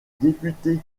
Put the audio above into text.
député